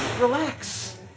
Relax